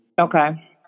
Okay